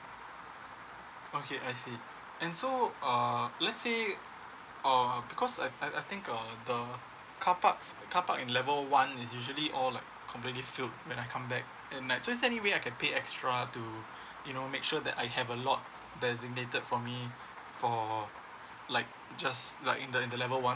okay I see and so uh let's say or because I I I think uh the carparks carpark in level one is usually all like completely filled when I come back and like just any way I can pay extra to you know make sure that I have a lot designated for me for like just like in the in the level one